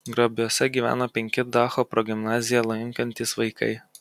grabiuose gyvena penki dacho progimnaziją lankantys vaikai